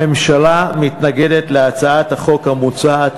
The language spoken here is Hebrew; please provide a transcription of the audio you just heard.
הממשלה מתנגדת להצעת החוק המוצעת.